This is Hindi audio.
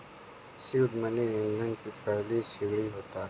सीड मनी ईंधन की पहली सीढ़ी होता है